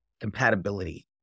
compatibility